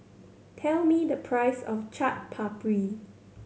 tell me the price of Chaat Papri